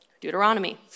Deuteronomy